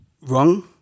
wrong